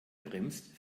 bremst